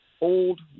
old